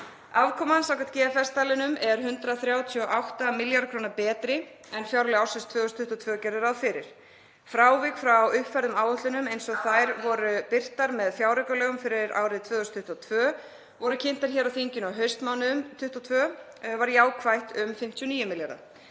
Afkoman samkvæmt GFS-staðlinum er 138 milljarði kr. betri en fjárlög ársins 2022 gerðu ráð fyrir. Frávik frá uppfærðum áætlunum eins og þær voru birtar með fjáraukalögum fyrir árið 2022 voru kynntar hér á þinginu á haustmánuðum 2022 var jákvætt um 59 milljarða.